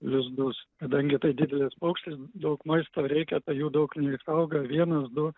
lizdus kadangi tai didelis paukštis daug maisto reikia tai jų daug neišauga vienas du